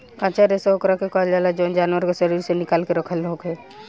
कच्चा रेशा ओकरा के कहल जाला जवन जानवर के शरीर से निकाल के रखल होखे